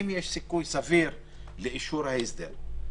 אם יש סיכוי סביר לאישור ההסדר.